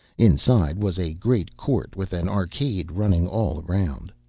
inside was a great court with an arcade running all round.